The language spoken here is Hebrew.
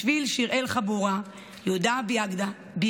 בשביל שיראל חבורה, יהודה ביאדגה,